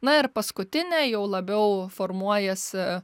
na ir paskutinė jau labiau formuojasi